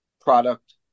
product